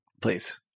Please